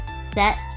set